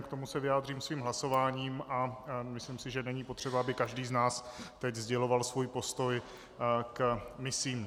K tomu se vyjádřím svým hlasováním a myslím si, že není potřeba, aby každý z nás teď sděloval svůj postoj k misím.